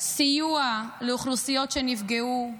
סיוע לאוכלוסיות שנפגעו,